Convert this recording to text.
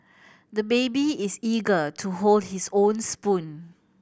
the baby is eager to hold his own spoon